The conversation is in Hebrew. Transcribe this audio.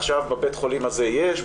עכשיו בבית החולים הזה יש,